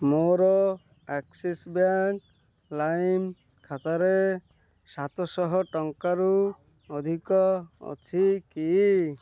ମୋର Axis bank ଲାଇମ୍ ଖାତାରେ ସାତଶହ ଟଙ୍କାରୁ ଅଧିକ ଅଛି କି